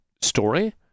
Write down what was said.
story